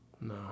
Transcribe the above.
No